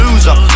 Loser